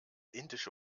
indische